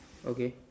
okay